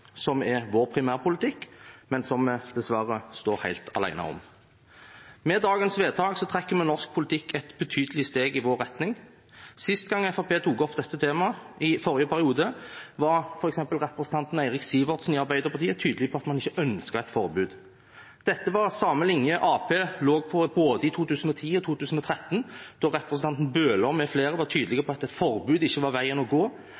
som er vår primærpolitikk, men som vi dessverre står helt alene om. Med dagens vedtak trekker vi norsk politikk et betydelig steg i vår retning. Sist gang Fremskrittspartiet tok opp dette temaet, i forrige periode, var f.eks. representanten Eirik Sivertsen i Arbeiderpartiet tydelig på at man ikke ønsket et forbud. Dette var samme linje Arbeiderpartiet lå på både i 2010 og 2013, da representanten Bøhler med flere var tydelige på at et forbud ikke var veien å gå,